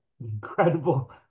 incredible